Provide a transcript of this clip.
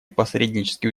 посреднические